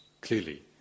clearly